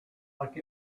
like